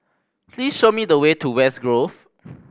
please show me the way to West Grove